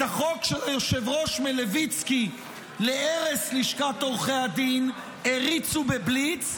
את החוק של היושב-ראש מלביצקי להרס לשכת עורכי הדין הריצו בבליץ,